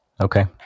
Okay